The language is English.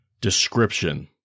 description